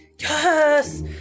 Yes